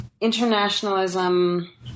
internationalism